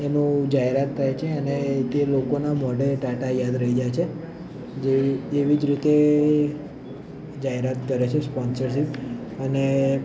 એનું જાહેરાત થાય છે અને તે લોકોના મોઢે ટાટા યાદ રહી જાય છે જે એવી જ રીતે જાહેરાત કરે છે સ્પોન્સરશીપ અને